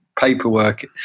paperwork